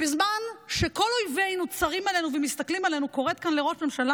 בזמן שכל אויבינו צרים עלינו ומסתכלים עלינו היא קוראת לראש הממשלה,